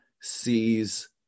sees